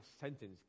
sentence